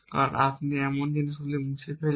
কারণ আপনি এমন জিনিসগুলি মুছে ফেলছেন